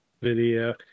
Video